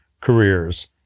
careers